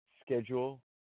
schedule